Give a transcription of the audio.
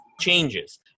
changes